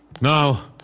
Now